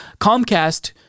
Comcast